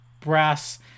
brass